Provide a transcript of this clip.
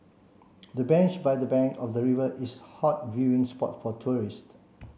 the bench by the bank of the river is a hot viewing spot for tourists